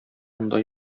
анда